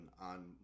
on